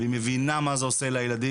והיא מבינה מה זה עושה לילדים.